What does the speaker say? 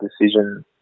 decision